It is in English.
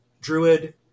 druid